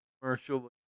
commercial